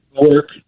work